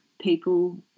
people